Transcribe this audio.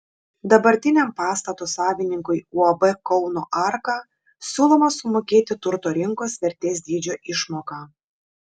dabartiniam pastato savininkui uab kauno arka siūloma sumokėti turto rinkos vertės dydžio išmoką